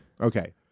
okay